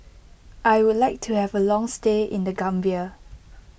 I would like to have a long stay in the Gambia